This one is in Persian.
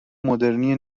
مدرنی